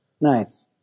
Nice